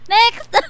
Next